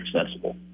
accessible